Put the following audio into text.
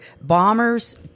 bombers